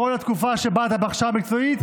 בכל התקופה שבה אתה בהכשרה מקצועית,